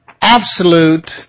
absolute